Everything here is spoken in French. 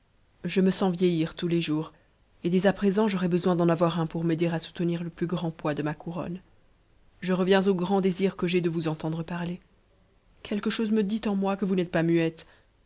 je me sens vieillir tous les jours et dès à présent i'iuu'ais besoin d'en avoir un pour m'aider à soutenir le plus grand poids e ma couronne je reviens au grand désir que j'ai de vous entendre farter quelque chose me dit en moi-même que vous n'êtes pas